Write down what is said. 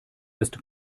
ist